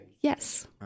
Yes